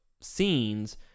scenes